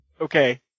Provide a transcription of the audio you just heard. Okay